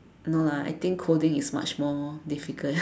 no lah I think coding is much more difficult